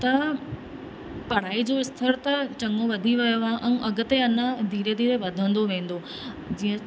त पढ़ाई जो स्तर त चङो वधी वियो आहे ऐं अॻिते अञा धीरे धीरे वधंदो वेंदो जीअं